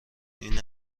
این